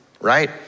right